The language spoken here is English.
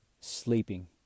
sleeping